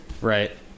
Right